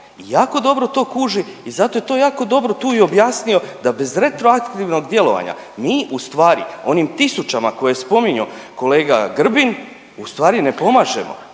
jako dobro to kuži i zato je jako dobro tu i objasnio da bez retroaktivnog djelovanja mi ustvari onim tisućama koje je spominjo kolega Grbin ustvari ne pomažemo